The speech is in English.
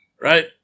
right